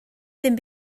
ddim